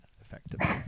effectively